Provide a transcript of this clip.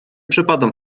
przepadam